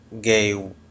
gay